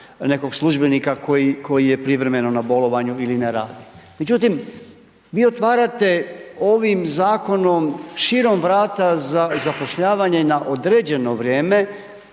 nekog službenika koji je privremeno na bolovanju ili ne radi. Međutim, vi otvarate ovim zakonom širom vrata za zapošljavanje na određeno vrijeme